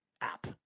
app